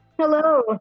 Hello